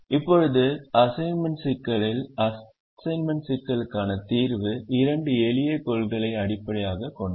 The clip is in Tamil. இப்போது அசைன்மென்ட் சிக்கலில் அசைன்மென்ட் சிக்கலுக்கான தீர்வு இரண்டு எளிய கொள்கைகளை அடிப்படையாகக் கொண்டது